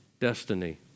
destiny